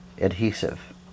adhesive